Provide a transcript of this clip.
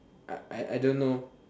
I I I don't know